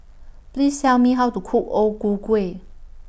Please Tell Me How to Cook O Ku Kueh